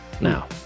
Now